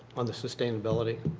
on the sustainability?